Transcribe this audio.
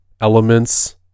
elements